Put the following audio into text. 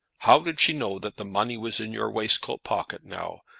how did she know that the money was in your waistcoat-pocket, now?